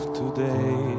today